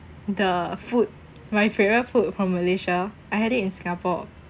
the food my favourite food from malaysia I had it in singapore